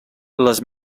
les